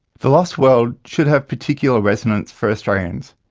the lost world should have particular resonance for australians.